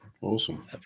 Awesome